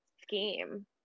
scheme